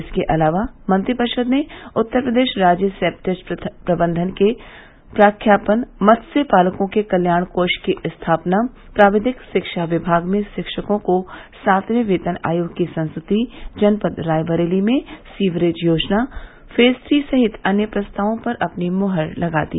इसके अलावा मंत्रिपरिषद ने उत्तर प्रदेश राज्य सेप्टेज प्रबंधन के प्रख्यापन मत्स्य पालकों के कल्याण कोष की स्थापना प्राविधिक शिक्षा विभाग में शिक्षकों को सातवें वेतन आयोग की संस्तुति जनपद रायबरेली में सीवरेज योजना फेज थ्री सहित अन्य प्रस्तावों पर अपनी मुहर लगा दी